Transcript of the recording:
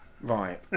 Right